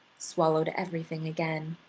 swallowed everything again.